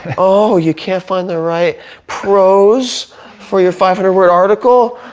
oh you can't find the right prose for your five hundred word article?